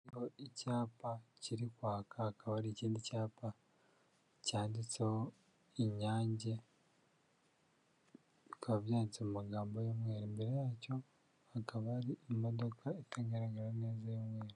Icyapa kiri kwaka hakaba hari ikindi cyapa cyanditseho Inyange bikaba byanditse mu magambo y'umweru, imbere yacyo hakaba hari imodoka itagaragara neza y'umweru.